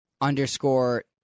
underscore